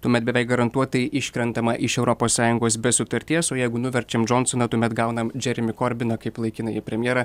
tuomet beveik garantuotai iškrentama iš europos sąjungos be sutarties o jeigu nuverčiam džonsoną tuomet gaunam džeremį korbiną kaip laikinąjį premjerą